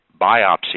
biopsy